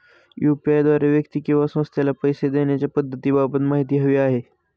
UPI द्वारे व्यक्ती किंवा संस्थेला पैसे देण्याच्या पद्धतींबाबत माहिती हवी आहे